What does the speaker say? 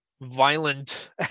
violent